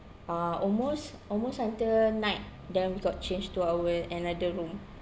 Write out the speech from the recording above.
uh almost almost until night then we got change to our another room